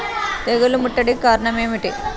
తెగుళ్ల ముట్టడికి కారణం ఏమిటి?